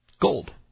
Gold